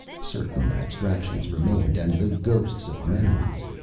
certain abstractions remained, and the ghosts of memories.